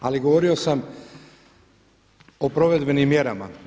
Ali govorio sam o provedbenim mjerama.